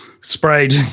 sprayed